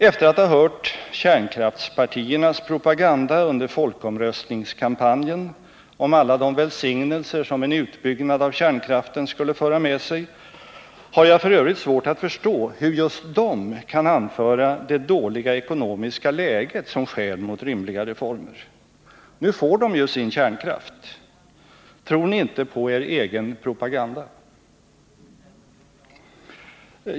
Efter att ha hört kärnkraftspartiernas propaganda under folkomröstningskampanjen om alla de välsignelser som en utbyggnad av kärnkraften skulle föra med sig har jag f. ö. svårt att förstå, hur just de kan anföra det dåliga ekonomiska läget som skäl mot rimliga reformer. Nu får de ju sin kärnkraft. Tror ni inte på er egen propaganda?